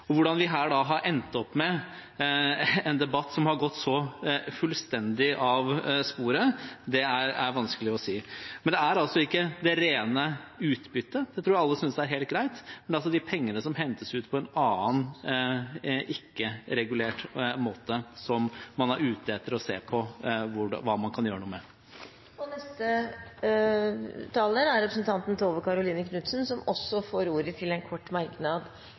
Hvordan vi nå har endt opp med en debatt som har gått så fullstendig av sporet, er vanskelig å si. Det er ikke det rene utbyttet dette handler om – det tror jeg alle synes er helt greit – men det er de pengene som hentes ut på en annen, ikke-regulert måte, som man er ute etter å se hva man kan gjøre med. Representanten Tove Karoline Knutsen har hatt ordet to ganger tidligere og får ordet til en kort merknad,